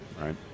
right